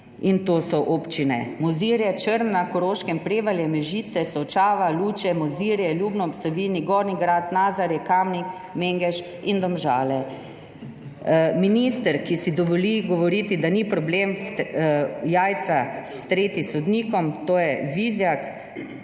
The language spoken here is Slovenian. To so občine Mozirje, Črna na Koroškem, Prevalje, Mežica, Solčava, Luče, Mozirje, Ljubno ob Savinji, Gornji Grad, Nazarje, Kamnik, Mengeš in Domžale. Minister, ki si dovoli govoriti, da ni problem streti jajc sodnikom, to je Vizjak,